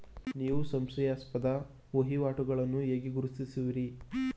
ನೀವು ಸಂಶಯಾಸ್ಪದ ವಹಿವಾಟುಗಳನ್ನು ಹೇಗೆ ಗುರುತಿಸುವಿರಿ?